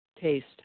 taste